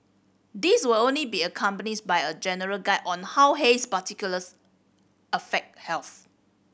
these will only be accompanies by a general guide on how haze particles affect health